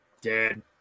Dead